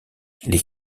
les